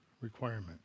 requirement